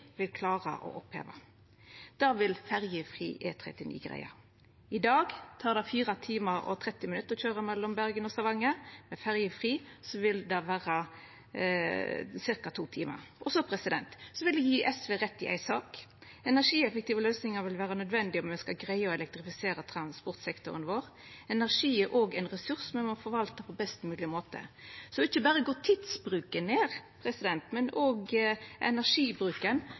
vil klara å oppheva. Det vil ferjefri E39 greia. I dag tek det 4 timar og 30 minutt å køyra mellom Bergen og Stavanger. Med ferjefri E39 vil det ta cirka to timar. Så vil eg gje SV rett i ei sak: Energieffektive løysingar vil vera nødvendige om ein skal greia å elektrifisera transportsektoren vår. Energi er òg ein ressurs me må forvalta på best mogleg måte. Ikkje berre går tidsbruken ned, men òg energibruken